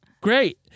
great